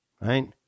right